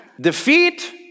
defeat